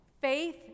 Faith